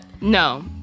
No